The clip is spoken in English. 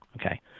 Okay